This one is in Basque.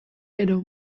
gero